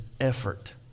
effort